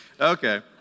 Okay